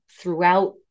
throughout